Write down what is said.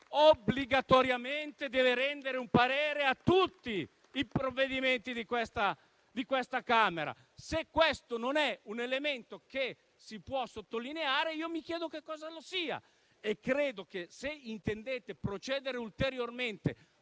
obbligatoriamente deve rendere un parere a tutti i provvedimenti di questa Camera. Se questo non è un elemento da sottolineare, io mi chiedo che cosa lo sia. In conclusione, se intendete procedere ulteriormente,